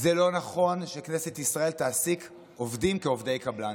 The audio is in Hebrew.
זה לא נכון שכנסת ישראל תעסיק עובדים כעובדי קבלן.